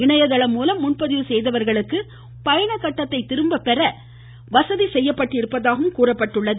இணையதளம் மூலம் முன்பதிவு செய்தவர்களுக்கு பயணக்கட்டணத்தை திரும்ப பெற வசதி செய்யப்பட்டிருப்பதாகவும் கூறப்பட்டுள்ளது